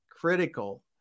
critical